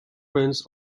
vents